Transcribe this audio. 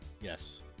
Yes